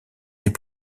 des